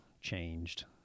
changed